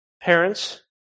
parents